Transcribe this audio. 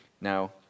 Now